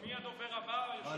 מי הדובר הבא, אדוני היושב-ראש?